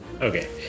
Okay